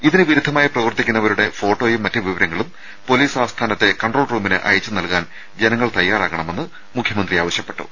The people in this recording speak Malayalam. ഇതിന് വിരുദ്ധമായി പ്രവർത്തിക്കുന്നവരുടെ ഫോട്ടോയും മറ്റ് വിവരങ്ങളും പൊലീസ് ആസ്ഥാനത്തെ കൺട്രോൾ റൂമിന് അയച്ചുനൽകാൻ ജനങ്ങൾ തയ്യാറാകണമെന്ന് മുഖ്യമന്ത്രി ആവശ്യപ്പെട്ടു